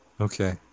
okay